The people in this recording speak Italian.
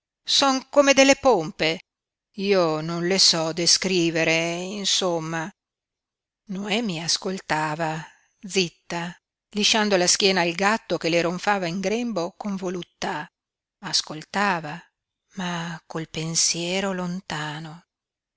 son come delle pompe io non le so descrivere insomma noemi ascoltava zitta lisciando la schiena al gatto che le ronfava in grembo con voluttà ascoltava ma col pensiero lontano